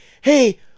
Hey